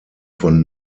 von